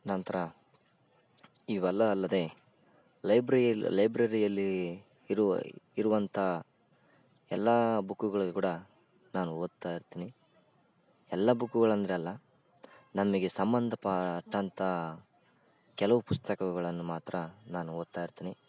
ನಂತರ ಇವೆಲ್ಲ ಅಲ್ಲದೆ ಲೈಬ್ರರಿ ಅಲ್ಲಿ ಲೈಬ್ರರಿಯಲ್ಲಿ ಇರುವ ಇರುವಂಥ ಎಲ್ಲ ಬುಕ್ಗಳಿಗೆ ಕೂಡ ನಾನು ಓದ್ತಾ ಇರ್ತೀನಿ ಎಲ್ಲ ಬುಕ್ಕುಗಳಂದ್ರಲ್ಲ ನಮಗೆ ಸಂಬಂಧಪಟ್ಟಂಥ ಕೆಲವು ಪುಸ್ತಕಗಳನ್ನು ಮಾತ್ರ ನಾನು ಓದ್ತಾ ಇರ್ತೀನಿ